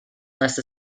less